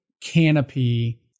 Canopy